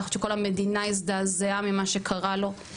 אני חושבת שכל המדינה הזדעזעה ממה שקרה לו.